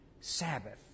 Sabbath